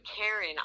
Karen